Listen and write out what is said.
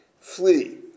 flee